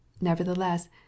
Nevertheless